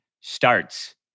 starts